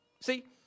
See